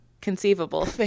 conceivable